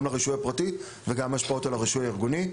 גם לרישוי הפרטי וגם השפעות על הרישוי הארגוני.